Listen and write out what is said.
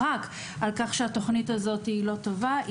על כך שהתוכנית הזו היא לא טובה.